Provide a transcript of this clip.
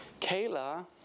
Kayla